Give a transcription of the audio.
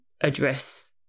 address